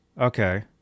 Okay